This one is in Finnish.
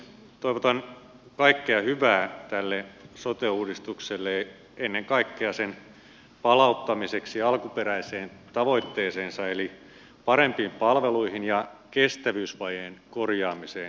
toivotan kaikkea hyvää tälle sote uudistukselle ennen kaikkea sen palauttamiseksi alkuperäiseen tavoitteeseensa eli parempiin palveluihin ja kestävyysvajeen korjaamiseen täällä eduskunnassa